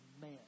man